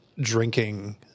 drinking